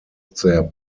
their